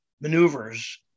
maneuvers